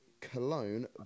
Cologne